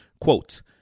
Quote